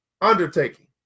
undertaking